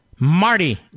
Marty